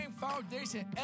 foundation